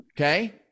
Okay